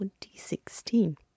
2016